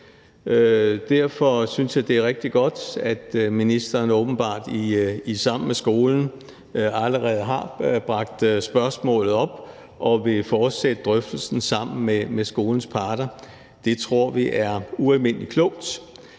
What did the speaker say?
Derfor synes jeg, det er rigtig godt, at ministeren åbenbart i Sammen med skolen allerede har bragt spørgsmålet op og vil fortsætte drøftelsen med skolens parter. Det tror vi er ualmindelig klogt.